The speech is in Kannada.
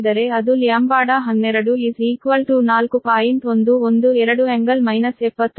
112 ಕೋನ ಮೈನಸ್ 70